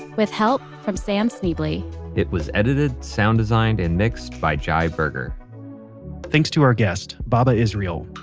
with help from sam schneble. it was edited, sound designed and mixed by jai berger thanks to our guest, baba israel.